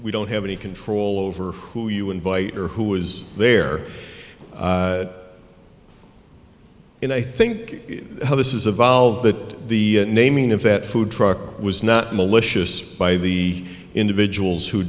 we don't have any control over who you invite or who was there and i think this is a volved that the naming of that food truck was not malicious by the individuals who